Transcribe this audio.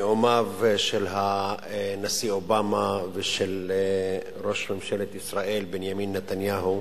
נאומיו של הנשיא אובמה ושל ראש ממשלת ישראל בנימין נתניהו